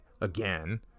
again